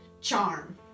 Charm